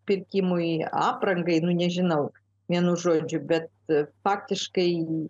pirkimui aprangai nu nežinau vienu žodžiu bet faktiškai